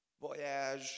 voyage